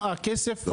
הכסף,